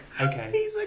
Okay